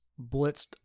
blitzed